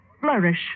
flourish